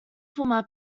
former